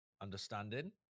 understanding